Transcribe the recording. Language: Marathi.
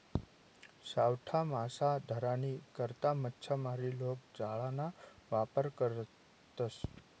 सावठा मासा धरानी करता मच्छीमार लोके जाळाना वापर करतसं